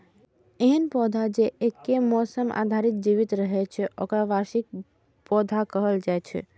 एहन पौधा जे एके मौसम धरि जीवित रहै छै, ओकरा वार्षिक पौधा कहल जाइ छै